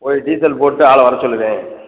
போய் டீசல் போட்டுவிட்டு ஆளை வர சொல்லுறேன்